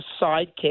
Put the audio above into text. sidekick